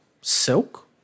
Silk